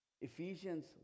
Ephesians